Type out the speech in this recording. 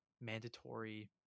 mandatory